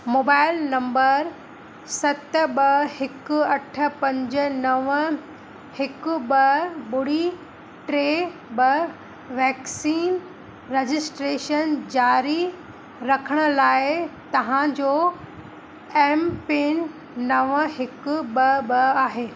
mobile number सत ॿ हिकु अठ पंज नव हिकु ॿ ॿुड़ी टे ॿ वैक्सीन रजिस्ट्रेशन जारी रखण लाइ तव्हां जो एमपिन नव हिकु ॿ ॿ आहे